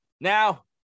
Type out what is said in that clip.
Now